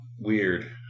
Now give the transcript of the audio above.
Weird